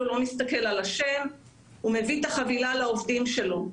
לא מסתכל על השם ומביא את החבילה לעובדים שלו,